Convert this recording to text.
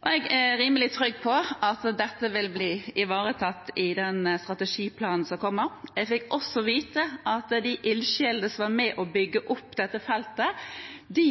Jeg er rimelig trygg på at dette vil bli ivaretatt i den strategiplanen som kommer. Jeg fikk også vite at de ildsjelene som var med på å bygge opp dette feltet,